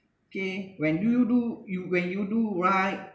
okay when you do you when you do right